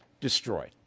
destroyed